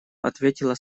ответила